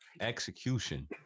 Execution